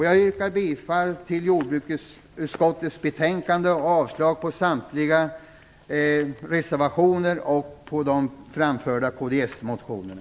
Jag yrkar bifall till hemställan i jordbruksutskottets betänkande och avslag på samtliga reservationer samt avstyrker de väckta kdsmotionerna.